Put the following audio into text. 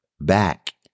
back